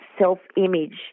self-image